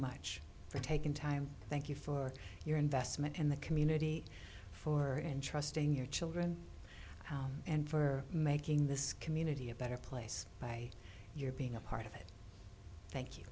much for taking time thank you for your investment in the community for and trusting your children and for making this community a better place by your being a part of it thank you